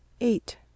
eight